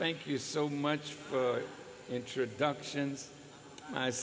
thank you so much introduction